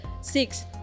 six